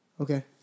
Okay